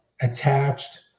attached